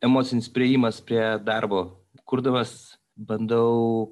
emocinis priėjimas prie darbo kurdamas bandau